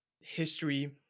history